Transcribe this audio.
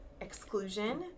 exclusion